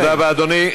תודה רבה, אדוני.